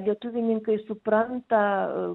lietuvininkai supranta